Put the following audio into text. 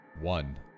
one